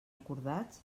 acordats